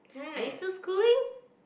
are you still schooling